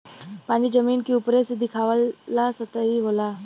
पानी जमीन के उपरे से दिखाला सतही होला